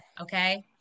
okay